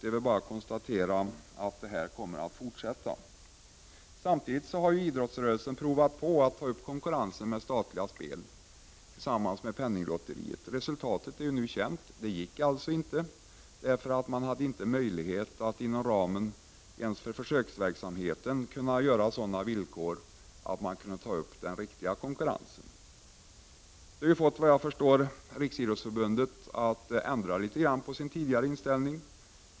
Det är bara att konstatera att den utvecklingen kommer att fortsätta. Samtidigt har idrottsrörelsen försökt ta upp konkurrensen med statliga spel tillsammans med Penninglotteriet. Resultatet är nu känt; det gick inte. Man hade inte möjlighet att inom ramen för ens försöksverksamheten ha sådana villkor att det var möjligt att ta upp konkurrensen. Detta har såvitt jag förstår fått Riksidrottsförbundet att ändra sin tidigare inställning.